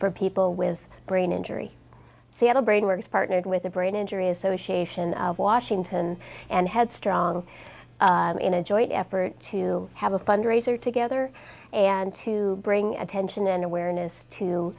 for people with brain injury seattle brain works partnered with the brain injury association of washington and headstrong in a joint effort to have a fundraiser together and to bring attention and awareness to